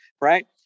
right